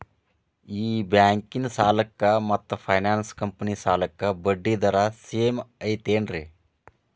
ಈ ಬ್ಯಾಂಕಿನ ಸಾಲಕ್ಕ ಮತ್ತ ಫೈನಾನ್ಸ್ ಕಂಪನಿ ಸಾಲಕ್ಕ ಬಡ್ಡಿ ದರ ಸೇಮ್ ಐತೇನ್ರೇ?